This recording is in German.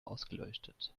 ausgeleuchtet